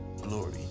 glory